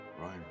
ryan